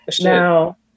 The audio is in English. Now